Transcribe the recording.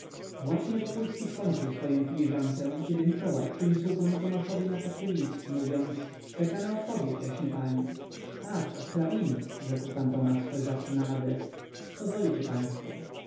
właśnie wokulski skończył swoję filiżankę kiedy mikołaj przyniósł panu tomaszowi na tacy list mówiąc czeka na odpowiedź jaśnie panie ach od hrabiny rzekł pan tomasz spojrzawszy na adres pozwolicie państwo